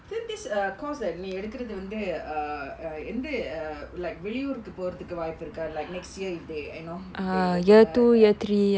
then this uh course நீ எடுக்குறது வந்து:nee edukurathu vanthu uh uh எந்த:entha err like வேலைக்கு போறதுக்கு வாய்ப்பிருக்கா:velaikku porathukku vaaippirukkaa like next year if they you know they open up and